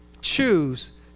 choose